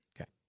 okay